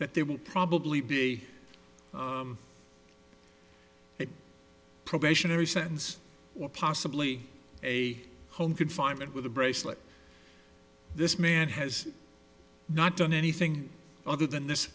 that there will probably be a probationary sentence or possibly a home confinement with a bracelet this man has not done anything other than this